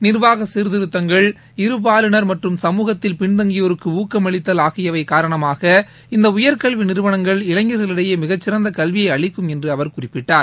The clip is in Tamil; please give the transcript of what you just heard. நிர்வாக சீர்திருத்தங்கள் இருபாலினர் மற்றும் சமூகத்தில் பின்தங்கியோருக்கு ஊக்கம் அளித்தல் ஆகியவை காரணமாக இந்த உயர்கல்வி நிறுவனங்கள் இளைஞர்களிடையே மிகச்சிறந்த கல்வியை அளிக்கும் என்று அவர் குறிப்பிட்டார்